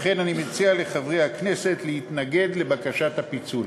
לכן אני מציע לחברי הכנסת להתנגד לבקשת הפיצול.